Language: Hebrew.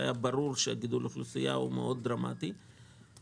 כשהיה ברור שגידול האוכלוסייה דרמטי מאוד.